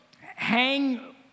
hang